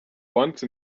once